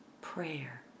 prayer